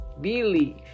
believe